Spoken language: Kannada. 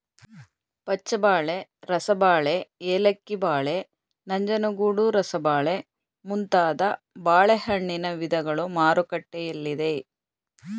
ಪಚ್ಚಬಾಳೆ, ರಸಬಾಳೆ, ಏಲಕ್ಕಿ ಬಾಳೆ, ನಂಜನಗೂಡು ರಸಬಾಳೆ ಮುಂತಾದ ಬಾಳೆಹಣ್ಣಿನ ವಿಧಗಳು ಮಾರುಕಟ್ಟೆಯಲ್ಲಿದೆ